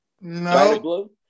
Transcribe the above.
no